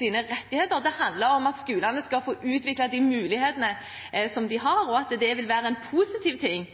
rettigheter; det handler om at skolene skal få utvikle de mulighetene de har, og at det vil være en positiv ting